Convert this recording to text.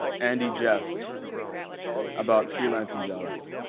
andy jeffs about freelancing jobs.